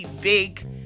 big